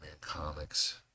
comics